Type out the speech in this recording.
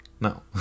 No